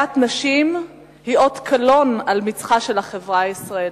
אפליית נשים היא אות קלון על מצחה של החברה הישראלית.